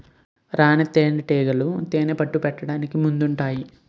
రాణీ తేనేటీగలు తేనెపట్టు పెట్టడానికి ముందుంటాయి